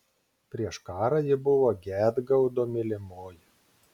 prieš karą ji buvo gedgaudo mylimoji